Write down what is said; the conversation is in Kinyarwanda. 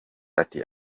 ati